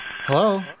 Hello